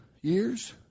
Years